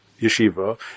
yeshiva